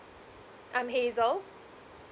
I'm hazel